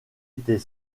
était